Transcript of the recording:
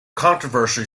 controversy